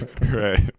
right